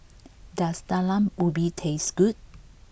does talam ubi taste good